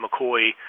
McCoy